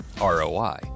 ROI